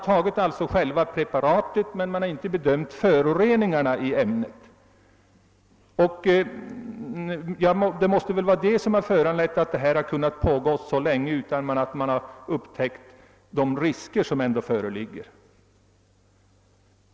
Det måste väl vara detta som gjort att det hela har kunnat pågå så länge utan att man har upptäckt de risker som ändå föreligger.